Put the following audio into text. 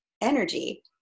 energy